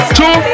two